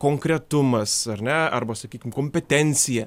konkretumas ar ne arba sakykim kompetencija